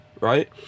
right